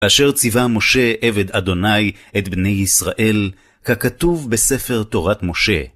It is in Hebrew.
אשר ציווה משה, עבד אדוני, את בני ישראל, ככתוב בספר תורת משה.